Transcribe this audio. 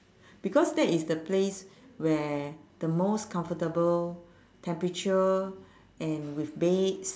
because that is the place where the most comfortable temperature and with beds